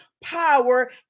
power